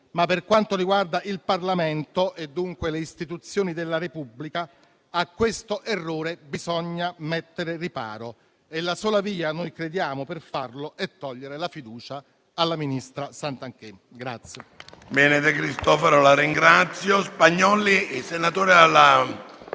Ma, per quanto riguarda il Parlamento e dunque le istituzioni della Repubblica, a questo errore bisogna porre riparo e la sola via, noi crediamo, per farlo è togliere la fiducia alla ministra Santanchè.